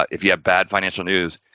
if you have bad financial news,